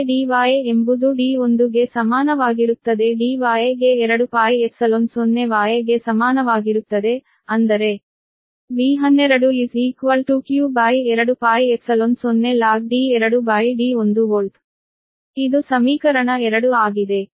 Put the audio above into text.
Eydy ಎಂಬುದು D1 ಗೆ ಸಮಾನವಾಗಿರುತ್ತದೆ dy ಗೆ 2Π ϵ0y ಗೆ ಸಮಾನವಾಗಿರುತ್ತದೆ ಅಂದರೆ ಇದು ಸಮೀಕರಣ 2 ಆಗಿದೆ